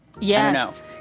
yes